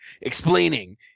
Explaining